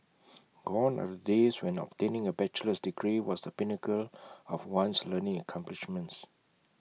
gone are the days when obtaining A bachelor's degree was the pinnacle of one's learning accomplishments